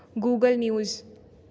Google news